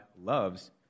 loves